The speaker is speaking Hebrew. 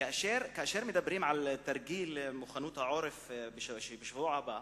כאשר מדברים על תרגיל מוכנות העורף בשבוע הבא,